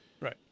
right